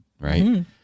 right